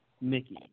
Mickey